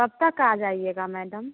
कब तक आ जाइएगा मैडम